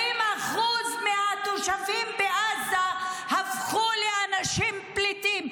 90% מהתושבים בעזה הפכו לאנשים פליטים,